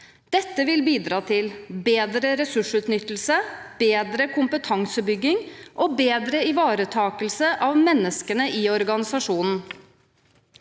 Dette vil bidra til bedre ressursutnyttelse, bedre kompetansebygging og bedre ivaretakelse av menneskene i organisasjonen.